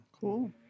cool